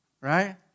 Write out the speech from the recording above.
Right